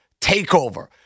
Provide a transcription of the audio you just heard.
takeover